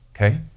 okay